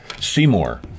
Seymour